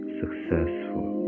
successful